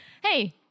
Hey